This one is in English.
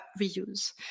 reuse